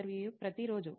ఇంటర్వ్యూఈ ప్రతి రోజు